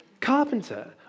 carpenter